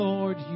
Lord